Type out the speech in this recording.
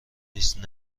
نیست